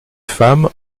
femmes